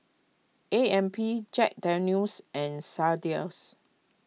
A M P Jack Daniel's and Sadias